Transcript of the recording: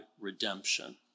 redemption